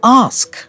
ask